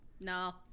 No